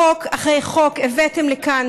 חוק אחרי חוק שהבאתם לכאן